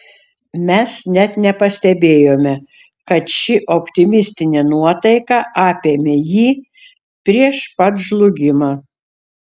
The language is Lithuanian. mes net nepastebėjome kad ši optimistinė nuotaika apėmė jį prieš pat žlugimą